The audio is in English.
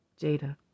Jada